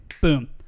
boom